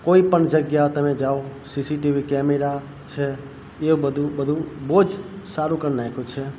કોઈપણ જગ્યા તમે જાઓ સીસીટીવી કેમેરા છે એવું બધું બધું બહુ જ સારું કરી નાખ્યું છે